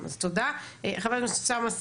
דרך אגב,